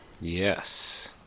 Yes